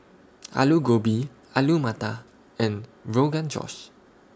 Alu Gobi Alu Matar and Rogan Josh